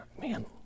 man